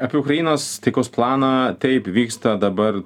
apie ukrainos taikos planą taip vyksta dabar